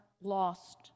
lost